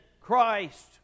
Christ